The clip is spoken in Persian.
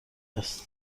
است